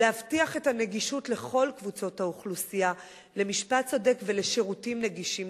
להבטיח את הנגישות לכל קבוצות האוכלוסייה למשפט צודק ולשירותים נגישים,